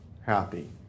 happy